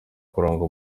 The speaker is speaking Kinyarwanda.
kuranga